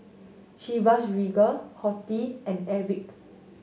Chivas Regal Horti and Airwick